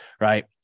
right